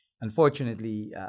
unfortunately